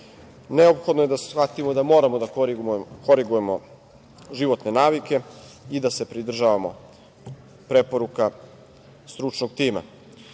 sada. Neophodno je da shvatimo da moramo da korigujemo životne navike i da se pridržavamo preporuka stručnog